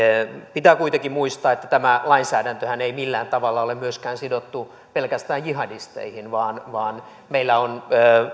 pitää kuitenkin muistaa että tämä lainsäädäntöhän ei millään tavalla ole myöskään sidottu pelkästään jihadisteihin vaan vaan meillä on